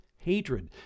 hatred